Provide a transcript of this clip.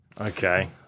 Okay